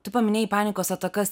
tu paminėjai panikos atakas